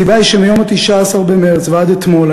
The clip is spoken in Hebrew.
הסיבה היא שמ-19 במרס ועד אתמול,